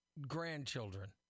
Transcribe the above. grandchildren